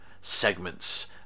segments